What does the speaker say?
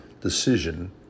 decision